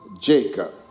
Jacob